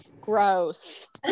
gross